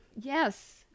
Yes